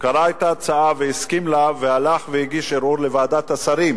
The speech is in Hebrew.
קרא את ההצעה והסכים לה והלך והגיש ערעור לוועדת השרים,